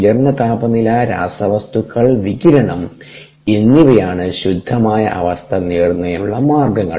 ഉയർന്ന താപനില രാസവസ്തുക്കൾ വികിരണം എന്നിവയാണ് ശുദ്ധമായ അവസ്ഥ നേടുന്നതിനുള്ള മാർഗ്ഗങ്ങൾ